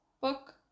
book